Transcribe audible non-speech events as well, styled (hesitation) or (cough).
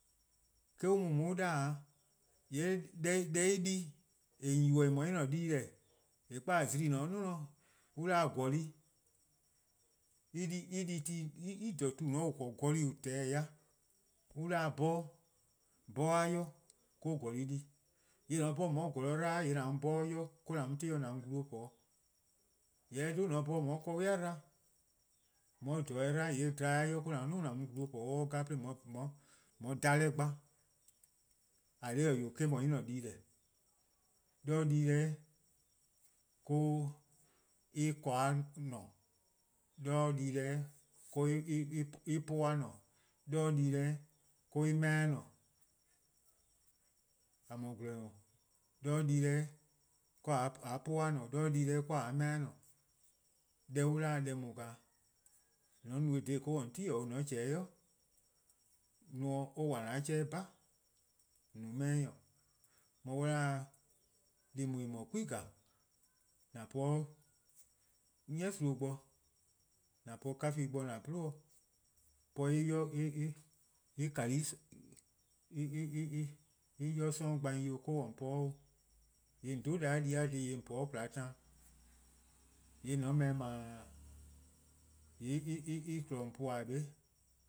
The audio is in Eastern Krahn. Eh-: an mu :on 'da-dih-' :yee' (hesitation) deh en di-a :on 'yubo-a :eh no-a en-' di-deh, :eh po-a zimi: :en :ne-a 'o 'nior 'an 'da-dih-a gola' (hesitation) en di tu-klaba' :on 'ble-a gorkplu+ en tehn-a ya an 'da-dih-a bhumeh'. bhumeh'-a yor me-: gola-a di. :yee' :mor :an 'bhorn :on 'ye gola' 'dba 'yee' bhumeh-a or-: :an mu tehn-' :on 'ye glu po. :yee' :mor :an 'bhorn :on 'ye 'kehbeh' 'dba :an 'bhorn or ;ye :dhorbor' 'dba' :yee' :dhlen-a yor or-: :an mu-' 'duo: :on 'ye glu po :mor or 'vlu' 'de on 'ye dhalu+ gba, :eh :korn dhih-eh wee' eh-: no en-' di-deh. 'de di-deh-' 'de en :korn-a :ne, 'de di-deh-' 'de (hesitation) en 'puh-a :ne, 'de di-deh-' 'de en 'meh-a :ne, :a :mor :gwlor-nyor+ 'de dii-deh-' 'de (hesitation) a 'puh-a :ne, 'de dii-deh-' 'de a 'meh-a :ne. Deh on ;da-a deh :daa :mor :on no-eh dha :daa 'de :on 'ye 'ti-dih 'o :mor :on zi 'o nomor, or 'wa an-a' 'chehn 'weh 'bha or 'wa :an-a' 'chehn 'weh, :on no 'meh-' :nyor. :mor on 'da deh :daa :en no-a suka: :an po-a 'de 'ni-sumao' bo :an po-a 'kafih' bo :an :dhe-a 'yli po 'de (hesitation) en yor 'sororn' gba 'o, :yee' :on 'dhu deh di dhih :on po 'de :kwlaa taan, :yee' :mor :on 'ble-eh :bleee: :yee' (hesitation) en kpon-dih puba-eh :neheh'.